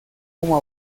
como